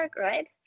right